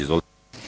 Izvolite.